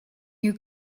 you